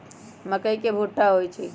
मकई के भुट्टा होई छई